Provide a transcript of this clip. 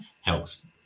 helps